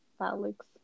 Alex